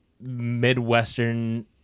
midwestern